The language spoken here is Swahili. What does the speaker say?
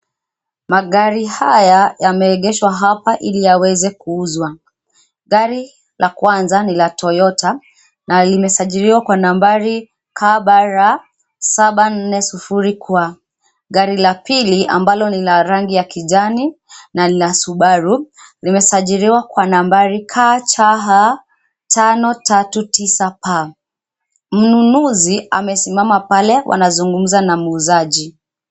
Magari haya yameegeshwa hapa ili yaweze kuuzwa. Gari la kwanza ni la "Toyota" na limesajiliwa kwa nambari "KBR 740Q", gari la pili ambalo ni la rangi ya kijani na ni la "Subaru" limesajiliwa kwa nambari "KCH 539P". Mnunuzi amesimama pale wanazungumza na muuzaji.